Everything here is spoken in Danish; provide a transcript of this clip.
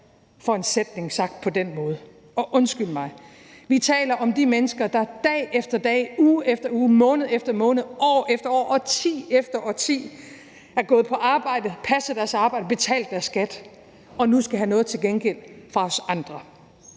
for en sætning sagt på den måde, og undskyld mig, vi taler om de mennesker, der dag efter dag, uge efter uge, måned efter måned, år efter år, årti efter årti er gået på arbejde og har passet deres arbejde og betalt deres skat og nu skal have noget til gengæld fra os andre.